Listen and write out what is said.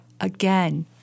again